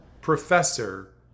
professor